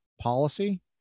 policy